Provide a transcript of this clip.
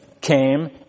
came